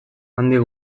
handik